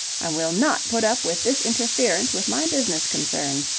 i will not put up with this interference with my business concerns.